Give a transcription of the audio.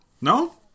No